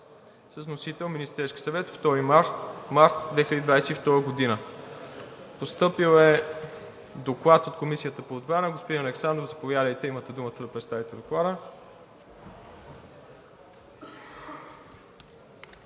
е от Министерския съвет на 2 март 2022 г. Постъпил е Доклад от Комисията по отбрана. Господин Александров, заповядайте – имате думата да представите Доклада.